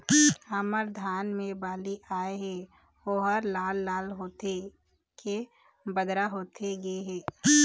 हमर धान मे बाली आए हे ओहर लाल लाल होथे के बदरा होथे गे हे?